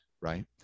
right